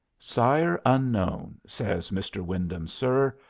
sire unknown, says mr. wyndham, sir,